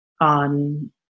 on